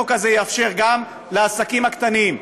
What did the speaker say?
החוק הזה יאפשר גם לעסקים הקטנים,